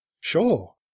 Sure